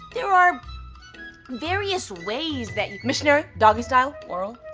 there are various ways that you. missionary? doggy-style? oral?